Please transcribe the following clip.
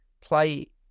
play